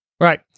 Right